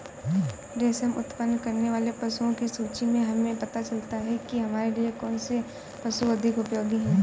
रेशम उत्पन्न करने वाले पशुओं की सूची से हमें पता चलता है कि हमारे लिए कौन से पशु अधिक उपयोगी हैं